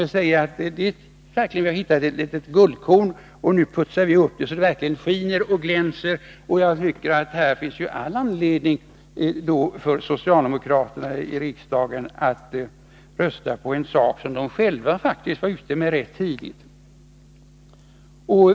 Vi har alltså här verkligen hittat ett litet guldkorn, och nu putsar vi detta så att det riktigt glänser. Socialdemokraterna borde således ha all anledning att rösta på något som de själva faktiskt rätt tidigt gått ut med.